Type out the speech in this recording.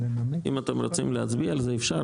אם אתם רוצים להצביע על זה, אפשר.